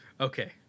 okay